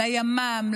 לימ"מ,